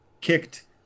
kicked